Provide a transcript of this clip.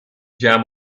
jam